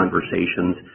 conversations